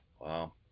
Wow